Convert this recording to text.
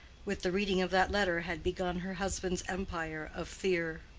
with the reading of that letter had begun her husband's empire of fear.